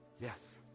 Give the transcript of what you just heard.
Yes